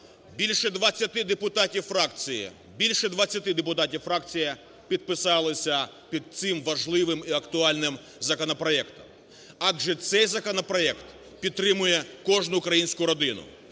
більше 20 депутатів фракції підписались під цим важливим і актуальним законопроектом. Адже цей законопроект підтримує кожну українську родину.